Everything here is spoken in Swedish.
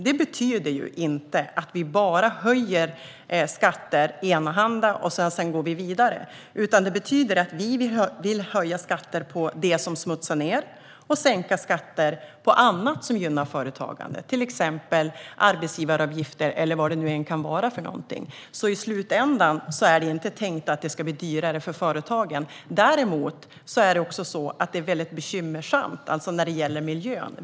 Det betyder inte att vi bara höjer skatter enahanda och sedan går vidare, utan det betyder att vi vill höja skatter på det som smutsar ned och sänka skatter på annat, som gynnar företagande. Det gäller till exempel arbetsgivaravgifter, eller vad det nu kan vara för något. I slutändan är det inte tänkt att det ska bli dyrare för företagen. Däremot är det som gäller miljön bekymmersamt.